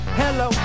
hello